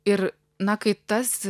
ir na kai tas